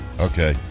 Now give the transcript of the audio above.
Okay